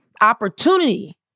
Opportunity